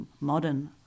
modern